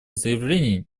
заявлений